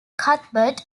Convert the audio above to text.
cuthbert